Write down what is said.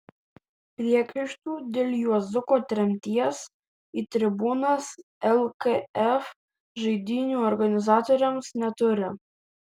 priekaištų dėl juozuko tremties į tribūnas lkf žaidynių organizatoriams neturi